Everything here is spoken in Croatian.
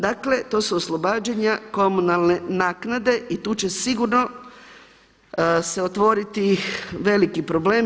Dakle to su oslobađanja komunalne naknade i tu će sigurno se otvoriti veliki problem.